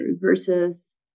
versus